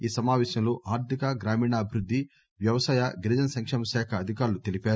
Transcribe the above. ఈ సమాపేశంలో ఆర్థిక గ్రామీణాభివృద్ధి వ్యవసాయ గిరిజన సంకేమ శాఖ అధికారులు పాల్గొన్నారు